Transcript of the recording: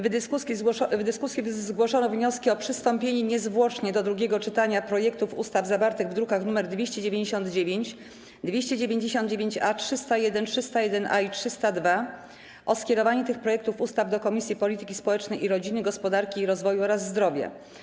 W dyskusji zgłoszono wnioski o przystąpienie niezwłocznie do drugiego czytania projektów ustaw zawartych w drukach nr 299, 299-A, 301, 301-A i 302 i o skierowanie tych projektów ustaw do Komisji Polityki Społecznej i Rodziny, Komisji Gospodarki i Rozwoju oraz Komisji Zdrowia.